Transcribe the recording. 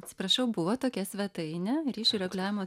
atsiprašau buvo tokia svetaine ryšių reguliavimo